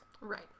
Right